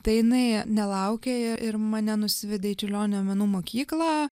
tai jinai nelaukė i ir mane nusivedė į čiurlionio menų mokyklą